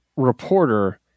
reporter